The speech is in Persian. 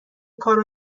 کارو